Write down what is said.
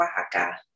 Oaxaca